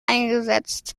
eingesetzt